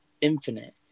infinite